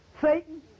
satan